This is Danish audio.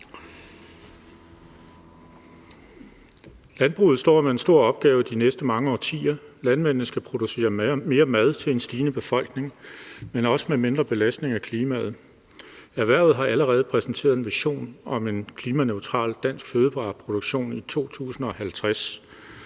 Landbruget står med en stor opgave de næste mange årtier. Landmændene skal producere mere mad til en stigende befolkning, men også med mindre belastning af klimaet. Erhvervsorganisationen Landbrug & Fødevarer har allerede præsenteret en vision om en klimaneutral dansk fødevareproduktion i 2050,